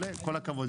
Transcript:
כל הכבוד.